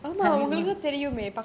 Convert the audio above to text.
have you